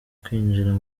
kwinjira